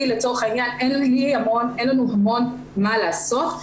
לצורך העניין אין לנו המון מה לעשות.